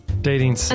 Dating